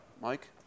Mike